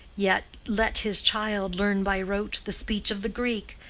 yet let his child learn by rote the speech of the greek,